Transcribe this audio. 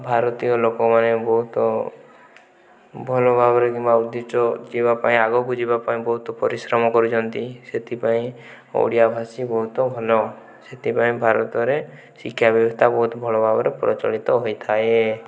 ଭାରତୀୟ ଲୋକମାନେ ବହୁତ ଭଲ ଭାବରେ କିମ୍ବା ଉଦ୍ଦିଷ୍ଟ ଯିବା ପାଇଁ ଆଗକୁ ଯିବା ପାଇଁ ବହୁତ ପରିଶ୍ରମ କରିଛନ୍ତି ସେଥିପାଇଁ ଓଡ଼ିଆ ଭାଷୀ ବହୁତ ଭଲ ସେଥିପାଇଁ ଭାରତରେ ଶିକ୍ଷାବ୍ୟବସ୍ଥା ବହୁତ ଭଲ ଭାବରେ ପ୍ରଚଳିତ ହୋଇଥାଏ